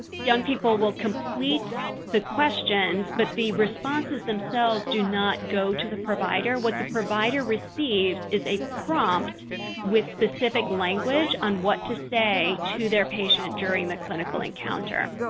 young people will complete the questions, but the responses themselves do not go to the provider. what the provider receives is a prompt with specific language on what to say to their patient during the clinical encounter.